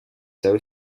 sorry